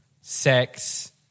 sex